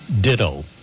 ditto